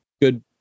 good